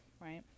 right